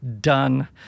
done